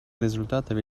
результатов